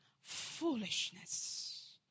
foolishness